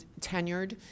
tenured